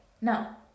no